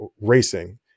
racing